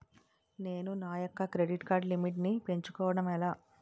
నేను నా యెక్క క్రెడిట్ కార్డ్ లిమిట్ నీ పెంచుకోవడం ఎలా?